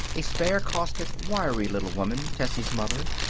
a spare, caustic, wiry little woman, tessie's mother.